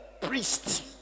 priest